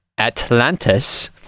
Atlantis